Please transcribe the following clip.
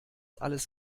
alles